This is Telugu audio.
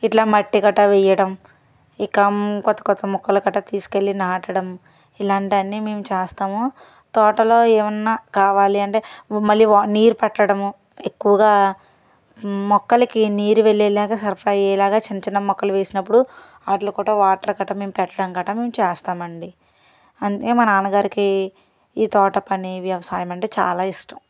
ఇట్లా మట్టిగట్ట వేయడం ఇక కొత్త కొత్త మొక్కలు కట్ట తీసుకెళ్ళి నాటడం ఇలాంటి అన్ని మేము చేస్తాము తోటలో ఏమన్నా కావాలి అంటే మళ్ళీ నీళ్లు కట్టడం ఎక్కువగా మొక్కలకి నీరు వెళ్ళే లాగా సరఫరా అయ్యేలాగా చిన్నచిన్న ముక్కలు వేసినప్పుడు వాటిలో కూడా వాటర్ కట్ట మేము పెట్టడం కట్ట మేము చేస్తామండి అంటే మా నాన్నగారికి ఈ తోట పని వ్యవసాయం అంటే చాలా ఇష్టం